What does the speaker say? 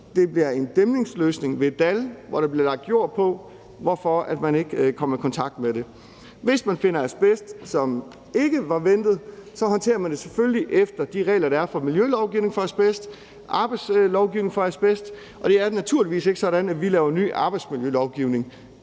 Det bliver en dæmningsløsning, hvor der bliver lagt jord på, hvorfor man ikke kommer i kontakt med det. Hvis man finder asbest, som ikke var ventet, håndterer man det selvfølgelig efter de regler, der er i miljølovgivningen for asbest og arbejdsmiljølovgivningen for asbest. Og det er naturligvis ikke sådan, at vi laver ny arbejdsmiljølovgivning,